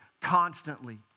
constantly